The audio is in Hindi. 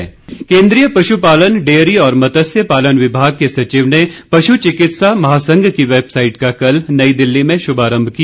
सचिव तरुण श्रीघर केन्द्रीय पशु पालन डेयरी और मत्स्य पालन विमाग के सचिव ने पशु चिकित्सा महासंघ की वेबसाइट का कल नई दिल्ली में शुभारंभ किया